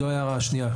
זו ההערה השנייה.